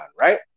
right